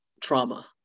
trauma